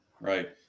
Right